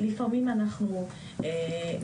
לפעמים אנחנו